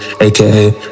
AKA